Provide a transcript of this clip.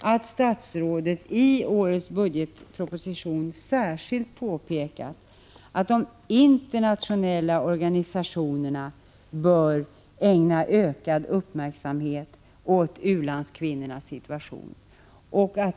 att statsrådet i årets budgetproposition särskilt påpekat att de internationella organisationerna bör ägna ökad uppmärksamhet åt u-landskvinnornas situation.